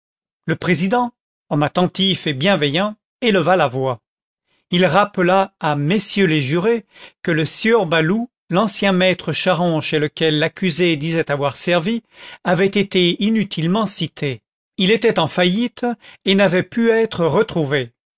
le président homme attentif et bienveillant éleva la voix il rappela à messieurs les jurés que le sieur baloup l'ancien maître charron chez lequel l'accusé disait avoir servi avait été inutilement cité il était en faillite et n'avait pu être retrouvé